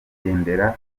igendera